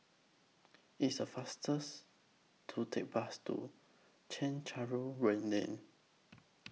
It's A faster to Take Bus to Chencharu Rain Lane